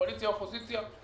קואליציה ואופוזיציה,